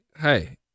Hey